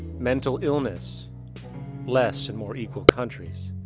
mental illness less in more equal countries.